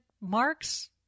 marks